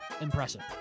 impressive